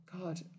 God